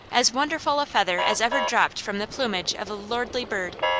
as wonderful a feather as ever dropped from the plumage of a lordly bird.